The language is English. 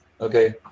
Okay